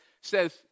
says